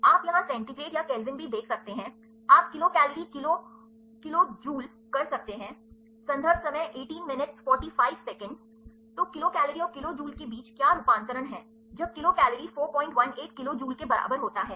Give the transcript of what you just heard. आप यहाँ सेंटीग्रेड या केल्विन भी देख सकते हैं आप kilo calorie kilo kilo joule कर सकते हैं तो किलो कैलोरी और किलो जूल के बीच क्या रूपांतरण है जब किलो कैलोरी 418 किलो जूल के बराबर होता है